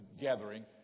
gathering